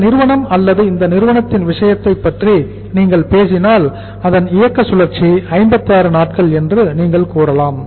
இந்த நிறுவனம் அல்லது இந்த நிறுவனத்தின் விஷயத்தைப் பற்றி நீங்கள் பேசினால் அதன் இயக்க சுழற்சி 56 நாட்கள் என்று நீங்கள் கூறலாம்